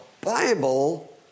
Bible